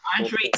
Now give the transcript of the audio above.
Andre